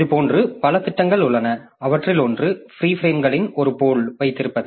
இதுபோன்ற பல திட்டங்கள் உள்ளன அவற்றில் ஒன்று ஃப்ரீ பிரேம்களின் ஒரு பூல் வைத்திருப்பது